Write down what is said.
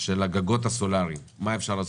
של הגגות הסולריים מה אפשר לעשות,